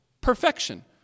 perfection